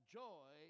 joy